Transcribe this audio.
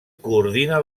coordina